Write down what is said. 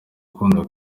ukunda